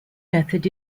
method